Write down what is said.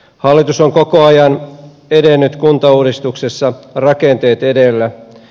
hallitus on koko ajan edennyt kuntauudistuksessa rakenteet edellä